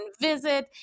visit